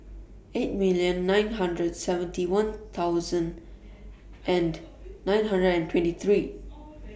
eight million nine hundred seventy one thousand and nine hundred and twenty three